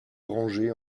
orangé